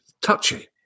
Touchy